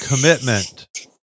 commitment